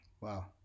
Wow